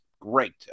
great